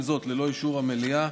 עם זאת, ללא אישור המליאה